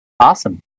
Awesome